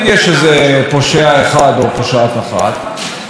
אלא שברשת ווטסאפ של השוטרים כל אחד מהשוטרים